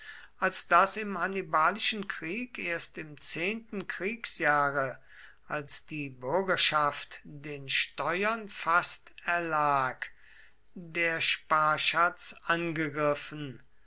als daß im hannibalischen krieg erst im zehnten kriegsjahre als die bürgerschaft den steuern fast erlag der sparschatz angegriffen